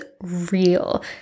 real